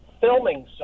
filming